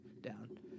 down